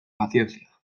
paciencia